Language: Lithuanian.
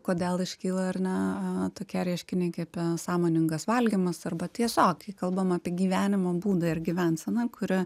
kodėl iškyla ar ne tokie reiškiniai kaip sąmoningas valgymas arba tiesiog kai kalbam apie gyvenimo būdą ir gyvenseną kuri